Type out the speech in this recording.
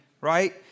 right